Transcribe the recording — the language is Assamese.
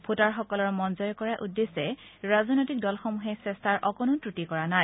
ভোটাৰসকলৰ মন জয় কৰাৰ উদ্দেশ্যে ৰাজনৈতিক দলসমূহে চেষ্টাৰ অকণো ক্ৰটি কৰা নাই